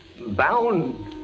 bound